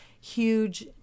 huge